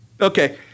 Okay